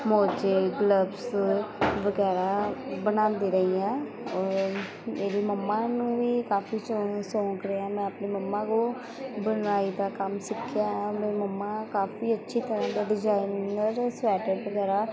ਮੋਜੇ gloves ਵਗੈਰਾ ਬਣਾਉਂਦੀ ਰਹੀ ਹਾਂ ਔਰ ਮੇਰੀ ਮੰਮਾ ਨੂੰ ਵੀ ਕਾਫੀ ਸ਼ੌ ਸੌਂਕ ਰਿਹਾ ਮੈਂ ਆਪਣੀ ਮੰਮਾ ਕੋਲ ਬਣਵਾਈ ਦਾ ਕੰਮ ਸਿੱਖਿਆ ਹੈ ਔਰ ਮੇਰੀ ਮੰਮਾ ਕਾਫੀ ਅੱਛੀ ਤਰ੍ਹਾਂ ਦਾ ਡਿਜ਼ਾਇਨਰ ਸਵੈਟਰ ਵਗੈਰਾ